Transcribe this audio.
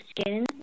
skin